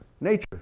nature